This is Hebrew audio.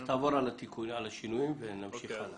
תעבור על השינויים ונמשיך הלאה.